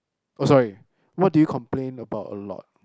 oh sorry what do you complain about a lot